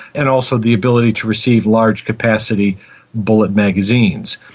and also the ability to receive large capacity bullet magazines.